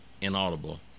inaudible